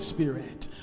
Spirit